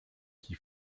qui